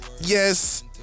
yes